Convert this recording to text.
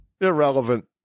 Irrelevant